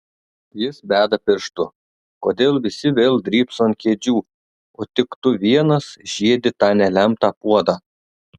jis beda pirštu kodėl visi vėl drybso ant kėdžių o tik tu vienas žiedi tą nelemtą puodą